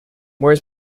where